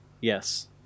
Yes